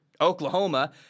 Oklahoma